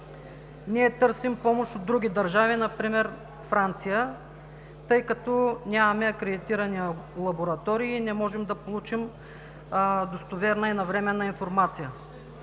ние търсим помощ от други държави, например Франция, тъй като нямаме акредитирани лаборатории и не можем да получим достоверна и навременна информация.